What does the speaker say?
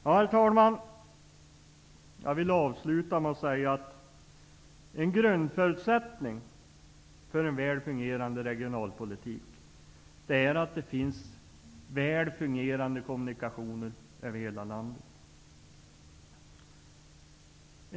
Jag vill, herr talman, avsluta med att säga att en grundförutsättning för en väl fungerande regionalpolitik är att det finns väl fungerande kommunikationer över hela landet.